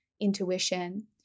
intuition